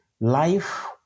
Life